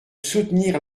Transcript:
soutenir